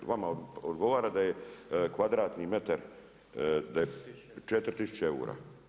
Vama odgovora da je kvadratni metar, da je 4000 eura.